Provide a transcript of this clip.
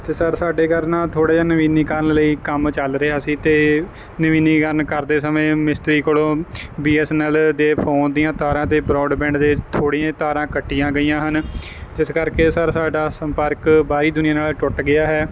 ਅਤੇ ਸਰ ਸਾਡੇ ਘਰ ਨਾ ਥੋੜ੍ਹੇ ਜਿਹਾ ਨਵੀਨੀਕਰਨ ਲਈ ਕੰਮ ਚੱਲ ਰਿਹਾ ਸੀ ਅਤੇ ਨਵੀਨੀਕਰਨ ਕਰਦੇ ਸਮੇਂ ਮਿਸਤਰੀ ਕੋਲੋਂ ਬੀ ਐਸ ਐਨ ਐਲ ਦੇ ਫੋਨ ਦੀਆਂ ਤਾਰਾਂ ਅਤੇ ਬਰੋਡਬੈਂਡ ਦੇ ਥੋੜ੍ਹੀਆਂ ਜਿਹੀਆਂ ਤਾਰਾਂ ਕੱਟੀਆਂ ਗਈਆਂ ਹਨ ਜਿਸ ਕਰਕੇ ਸਰ ਸਾਡਾ ਸੰਪਰਕ ਬਾਹਰੀ ਦੁਨੀਆ ਨਾਲੋਂ ਟੁੱਟ ਗਿਆ ਹੈ